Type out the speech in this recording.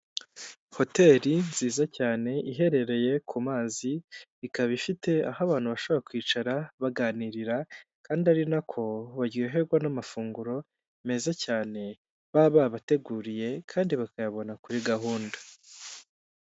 Hoteli nziza cyane iherereye ku mazi, ikaba ifite aho abantu bashobora kwicara baganirira kandi ari nako baryoherwa n'amafunguro meza cyane baba babateguriye, kandi bakayabona kuri gahunda.